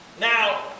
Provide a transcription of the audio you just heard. Now